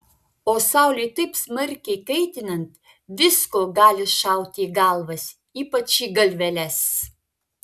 o saulei taip smarkiai kaitinant visko gali šauti į galvas ypač į galveles